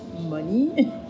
money